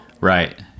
Right